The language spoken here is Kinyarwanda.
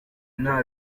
nta